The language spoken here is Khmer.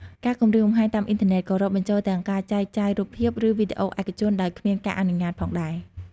ការគំរាមកំហែងតាមអ៊ីនធឺណិតក៏រាប់បញ្ចូលទាំងការចែកចាយរូបភាព ឬវីដេអូឯកជនដោយគ្មានការអនុញ្ញាតផងដែរ។